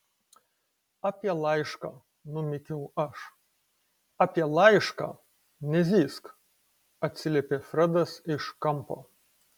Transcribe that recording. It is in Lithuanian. apie laišką numykiau aš apie laišką nezyzk atsiliepė fredas iš kampo